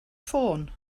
ffôn